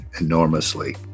enormously